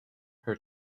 her